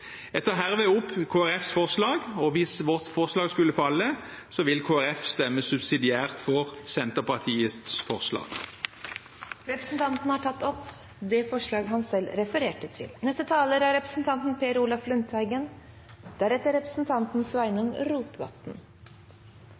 herved opp Kristelig Folkepartis forslag. Hvis vårt forslag skulle falle, vil Kristelig Folkeparti stemme subsidiært for Senterpartiets forslag. Representanten Hans Fredrik Grøvan har tatt opp det forslaget han refererte til.